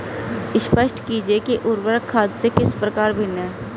स्पष्ट कीजिए कि उर्वरक खाद से किस प्रकार भिन्न है?